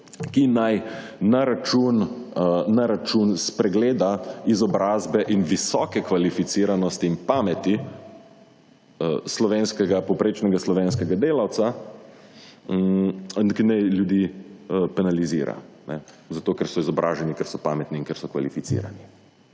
ki naj na račun spregleda izobrazbe in visoke kvalificiranosti in pameti povprečnega slovenskega delavca ki naj ljudi penalizira, zato ker so izobraženi, ker so pametni in ker so kvalificirani.